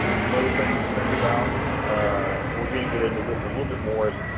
some other things to think about, and we're going to get into this a little bit more.